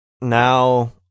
Now